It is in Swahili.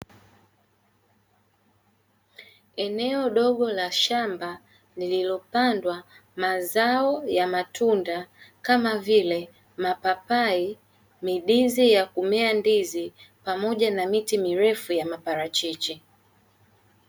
Eneo dogo la shamba lililopandwa mazao ya matunda kama vile: mapapi, midizi ya kumea ndizi pamoja na miti mirefu ya maparachichi.